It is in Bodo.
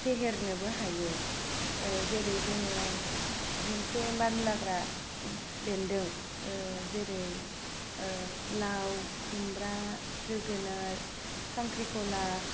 फेहेरनोबो हायो जेरै जोङो मोनसे मानलाग्रा बेन्दों जेरै लाव खुमब्रा जोगोनार खांख्रिख'ला